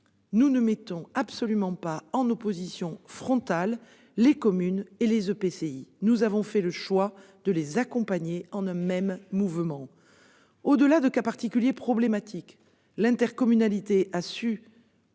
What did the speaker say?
Nous ne mettons absolument pas en opposition frontale les communes et les EPCI. Au contraire, nous avons fait le choix de les accompagner en un même mouvement. Au-delà de cas particuliers problématiques, l'intercommunalité a